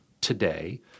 today